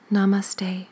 Namaste